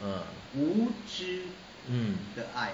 ah mm